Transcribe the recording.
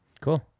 Cool